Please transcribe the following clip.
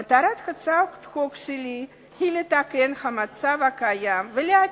מטרת הצעת החוק שלי היא לתקן את המצב הקיים ולהטיל,